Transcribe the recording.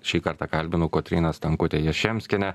šį kartą kalbinu kotryną stankutę jaščemskienę